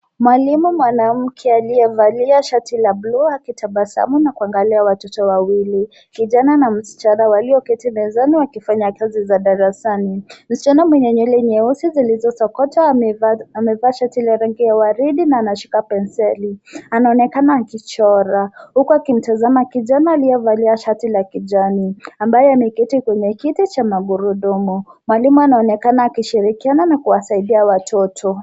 Mwalimu mwanamke aliyevalia shati la buluu akitabasamu na kuangalia watoto wawili. Kijana na msichana walioketi mezani wakifanya kazi za darasani. Msichana mwenye nywele nyeusi zilizosokotwa amevaa shati la rangi ya waridi na anashika penseli. Anaonekana akichora huku akimtazama kijana aliyevalia shati la kijani ambaye ameketi kwenye kiti cha magurudumu. Mwalimu anaonekana akishirikiana na kuwasaidia watoto.